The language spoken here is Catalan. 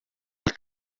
els